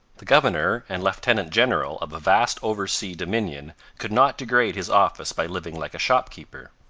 the governor and lieutenant-general of a vast oversea dominion could not degrade his office by living like a shopkeeper.